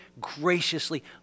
graciously